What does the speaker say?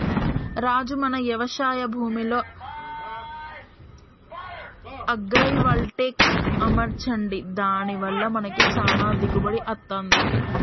రాజు మన యవశాయ భూమిలో అగ్రైవల్టెక్ అమర్చండి దాని వల్ల మనకి చానా దిగుబడి అత్తంది